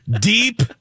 deep